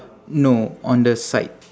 no on the side